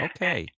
Okay